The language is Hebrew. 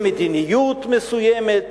למדיניות מסוימת?